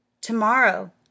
tomorrow